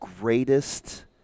greatest